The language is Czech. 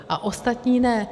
A ostatní ne.